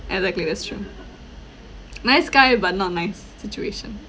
exactly that's true nice guy but not nice situation